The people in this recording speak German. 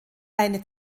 eine